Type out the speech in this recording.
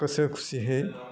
गोसो खुसिहै